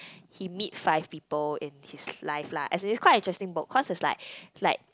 he meet five people in his life lah as in it's quite interesting book cause it's like like